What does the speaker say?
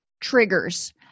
triggers